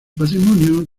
patrimonio